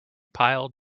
pile